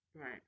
Right